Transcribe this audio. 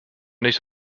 nicht